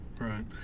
right